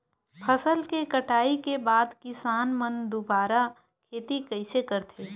फसल के कटाई के बाद किसान मन दुबारा खेती कइसे करथे?